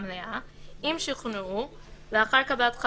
אז למה לא לכתוב את זה?